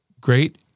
Great